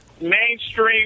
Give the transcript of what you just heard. mainstream